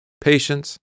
patience